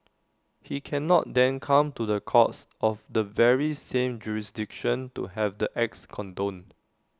he cannot then come to the courts of the very same jurisdiction to have the acts condoned